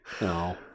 no